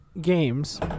games